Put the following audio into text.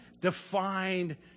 defined